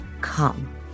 come